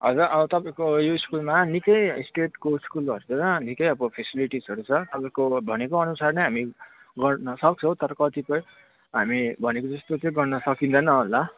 हजुर तपाईँको यो स्कुलमा निकै स्टेटको स्कुलहरसँग निकै अब फसिलिटिजहरू छ तपाईँको भनेको अनुसार नै हामी गर्न सक्छौँ तर कतिपय हामी भनेको जस्तो चाहिँ गर्न सकिँदैन होला